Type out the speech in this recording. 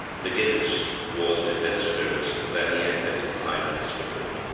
mcginnis was in better spirits than he had been in five minutes before.